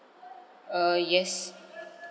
err yes